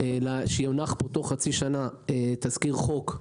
שיונח פה תוך חצי שנה תזכיר חוק,